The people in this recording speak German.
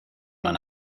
man